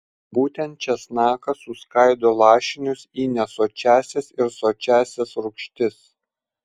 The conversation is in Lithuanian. būtent česnakas suskaido lašinius į nesočiąsias ir sočiąsias rūgštis